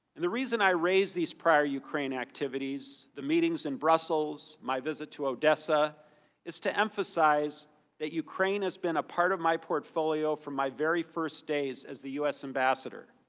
and the reason i raise these prior ukraine activities, the meetings in brussels, my visit to odessa is to emphasize that ukraine has been a part of my portfolio from my very first days as the u s. and lassiter.